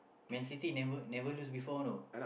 Man-City never never lose before you know